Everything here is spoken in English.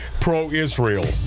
pro-Israel